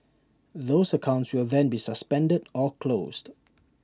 those accounts will then be suspended or closed